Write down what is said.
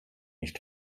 nicht